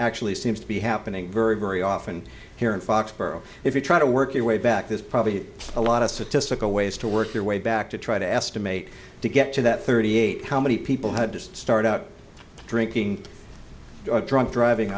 actually seems to be happening very very often here in foxboro if you try to work your way back there's probably a lot of statistical ways to work your way back to try to estimate to get to that thirty eight how many people had just started out drinking drunk driving